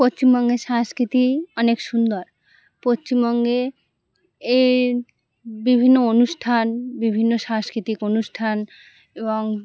পশ্চিমবঙ্গের সংস্কৃতি অনেক সুন্দর পশ্চিমবঙ্গে এ বিভিন্ন অনুষ্ঠান বিভিন্ন সাংস্কৃতিক অনুষ্ঠান এবং